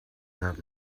that